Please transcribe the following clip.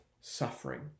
suffering